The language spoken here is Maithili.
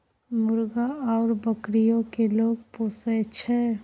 मुर्गा आउर बकरीयो केँ लोग पोसय छै